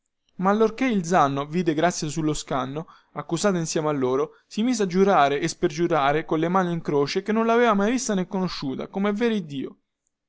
ma allorchè il zanno vide grazia sullo scanno accusata insieme a loro si mise a giurare e spergiurare colle mani in croce che non laveva mai vista nè conosciuta comè vero iddio